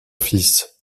fils